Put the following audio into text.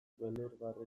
beldurgarri